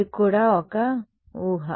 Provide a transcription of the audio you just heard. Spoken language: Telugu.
ఇది కూడా ఒక ఊహ